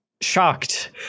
shocked